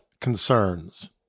Concerns